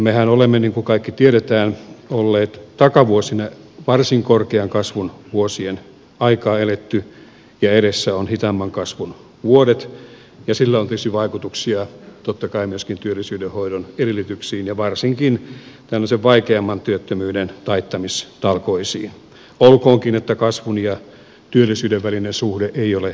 mehän olemme niin kuin kaikki tiedämme takavuosina varsin korkean kasvun vuosien aikaa eläneet ja edessä ovat hitaamman kasvun vuodet ja sillä on tietysti vaikutuksia totta kai myöskin työllisyyden hoidon edellytyksiin ja varsinkin tällaisen vaikeamman työttömyyden taittamistalkoisiin olkoonkin että kasvun ja työllisyyden välinen suhde ei ole entisensä